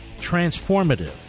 transformative